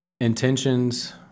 intentions